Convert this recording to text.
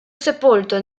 sepolto